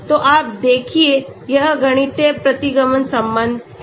तो आप देखिए यह गणितीय प्रतिगमन संबंध है